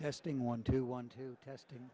testing one two one two testing